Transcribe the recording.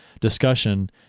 discussion